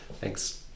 Thanks